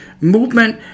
movement